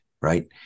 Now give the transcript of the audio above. right